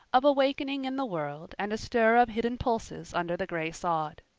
of a wakening in the world and a stir of hidden pulses under the gray sod.